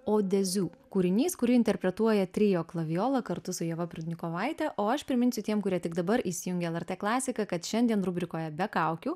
odeziu kūrinys kurį interpretuoja trio klavijola kartu su ieva prudnikovaite o aš priminsiu tiem kurie tik dabar įsijungė lrt klasiką kad šiandien rubrikoje be kaukių